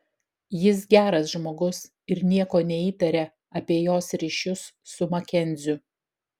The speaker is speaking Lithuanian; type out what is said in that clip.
jis geras žmogus ir nieko neįtaria apie jos ryšius su makenziu